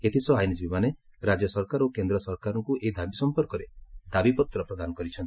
ଏଥିସହ ଆଇନ୍ଜୀବୀମାନେ ରାଜ୍ୟ ସରକାର ଓ କେନ୍ଦ୍ ସରକାରଙ୍କୁ ଏହି ଦାବି ସମ୍ପର୍କରେ ଦାବିପତ୍ର ପ୍ରଦାନ କରିଛନ୍ତି